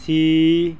C